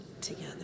together